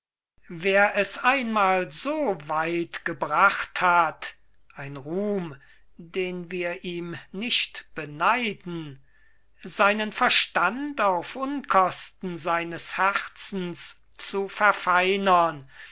wer es einmal so weit gebracht hat ein ruhm den wir ihm nicht beneiden seinen verstand auf unkosten seines herzens zu verfeinern